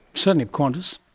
certainly of qantas,